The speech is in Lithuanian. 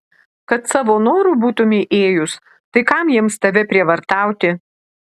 kad savo noru būtumei ėjus tai kam jiems tave prievartauti